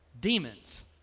demons